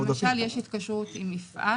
למשל, יש התקשרות עם יפעת,